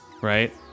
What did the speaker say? right